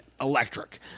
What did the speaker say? Electric